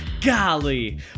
Golly